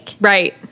Right